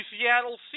Seattle